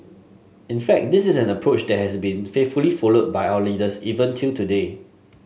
in fact this is an approach that has been faithfully followed by our leaders even till today